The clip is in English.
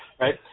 right